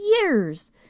years